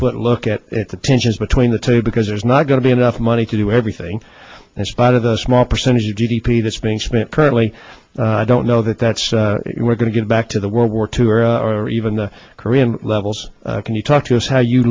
foot look at the tensions between the two because there's not going to be enough money to do everything in spite of the small percentage of g d p that's being spent currently i don't know that that's we're going to get back to the world war two era or even the korean levels can you talk to us how you